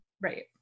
Right